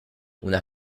una